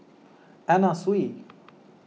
Anna Sui